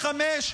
שלוש,